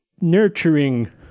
nurturing